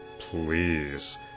Please